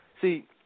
See